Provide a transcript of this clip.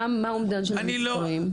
מה האומדן של המספרים?